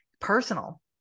personal